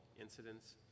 incidents